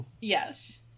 Yes